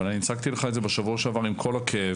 אבל הצגתי לך את זה בשבוע שעבר עם כל הכאב,